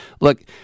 Look